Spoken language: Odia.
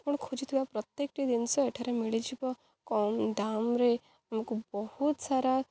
ଆପଣ ଖୋଜୁଥିବା ପ୍ରତ୍ୟେକଟି ଜିନିଷ ଏଠାରେ ମିଳିଯିବ କମ୍ ଦାମରେ ଆମକୁ ବହୁତ ସାରା